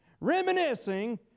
reminiscing